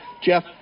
Jeff